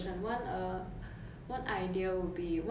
好像你拿到了一个 I pod